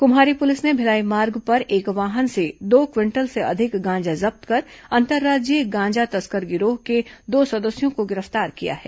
कुम्हारी police ने भिलाई मार्ग पर एक वाहन से दो क्विंटल से अधिक गांजा जब्त कर अंतर्राज्यीय गांजा तस्कर गिरोह के दो सदस्यों को गिरफ्तार किया है